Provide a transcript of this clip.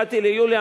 באתי ליולי,